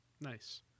Nice